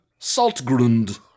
Saltgrund